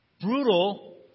brutal